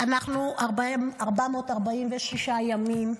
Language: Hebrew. אנחנו 446 ימים,